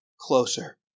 closer